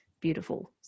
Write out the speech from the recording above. beautiful